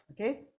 okay